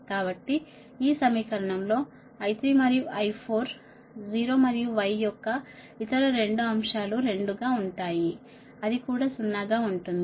కాబట్టి ఈ సమీకరణం లో I3 మరియు I4 0 మరియు Y యొక్క ఇతర రెండు అంశాలు 0 గా ఉంటాయి అది కూడా 0 గా ఉంటుంది